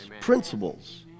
Principles